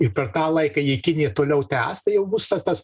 ir per tą laiką jei kinija toliau tęs tai jau bus tas tas